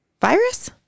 Virus